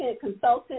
consultant